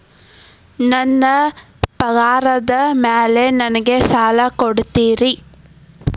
ನನ್ನ ಪಗಾರದ್ ಮೇಲೆ ನಂಗ ಸಾಲ ಕೊಡ್ತೇರಿ?